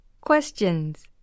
Questions